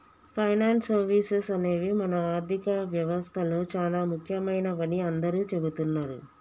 finance services అనేవి మన ఆర్థిక వ్యవస్తలో చానా ముఖ్యమైనవని అందరూ చెబుతున్నరు